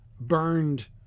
burned